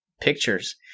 pictures